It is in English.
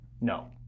No